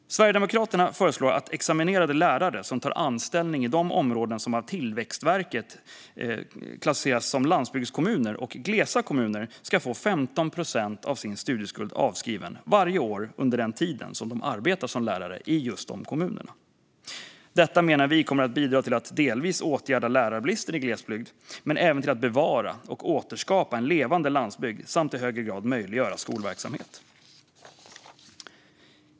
Sverigedemokraterna föreslår att examinerade lärare som tar anställning i de områden som av Tillväxtverket klassificeras som landsbygdskommuner och glesa kommuner ska få 15 procent av sin studieskuld avskriven varje år under den tid som de arbetar som lärare i just de kommunerna. Detta menar vi kommer att bidra till att delvis åtgärda lärarbristen i glesbygd och även till att bevara och återskapa en levande landsbygd samt i högre grad möjliggöra skolverksamhet.